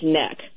neck